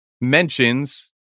mentions